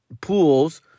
pools